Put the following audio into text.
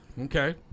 Okay